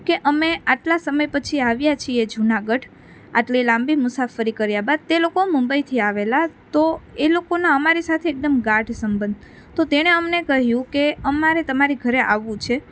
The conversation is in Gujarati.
કે અમે આટલાં સમય પછી આવ્યાં છીએ જુનાગઢ આટલી લાંબી મુસાફરી કર્યા બાદ તે લોકો મુંબઈથી આવેલાં તો એ લોકોનાં અમારી સાથે એકદમ ગાઢ સંબંધ તો તેણે અમને કહ્યું કે અમારે તમારી ઘરે આવવું છે